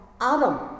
Adam